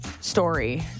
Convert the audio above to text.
story